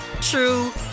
true